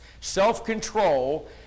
self-control